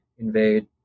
invade